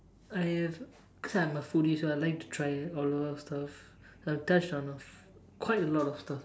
I have because I'm a foodie so I like to try a lot of stuff I've touched on quite a lot of stuff